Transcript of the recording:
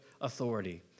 authority